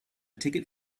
ticket